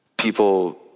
People